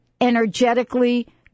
energetically